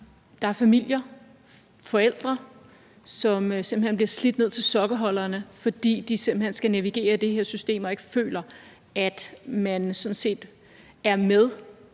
der er familier, forældre, som simpelt hen bliver slidt ned til sokkeholderne, fordi de skal navigere i det her system og ikke føler, at det sådan set er med